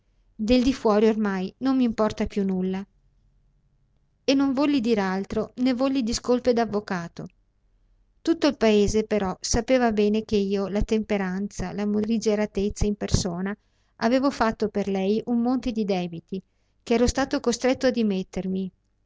del di fuori ormai non m'importa più nulla e non volli dir altro né volli discolpe d'avvocato tutto il paese però sapeva bene che io la temperanza la morigeratezza in persona avevo fatto per lei un monte di debiti ch'ero stato costretto a dimettermi